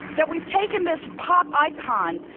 that we've taken this pop icon,